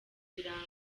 birango